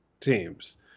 teams